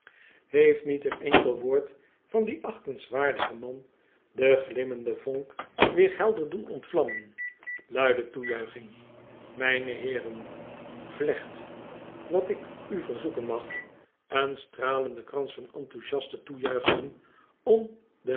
heeft niet een enkel woord van dien achtenswaardigen man de glimmende vonk weer helder doen ontvlammen luide toejuiching mijne heeren vlecht wat ik u verzoeken mag een stralenden krans van enthousiaste toejuichingen om de